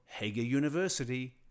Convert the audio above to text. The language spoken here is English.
HagerUniversity